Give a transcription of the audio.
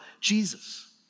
Jesus